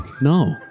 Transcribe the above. No